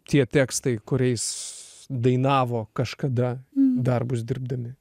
tie tekstai kuriais dainavo kažkada darbus dirbdami